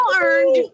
earned